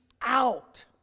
out